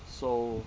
so